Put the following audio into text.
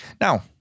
Now